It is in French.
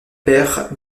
père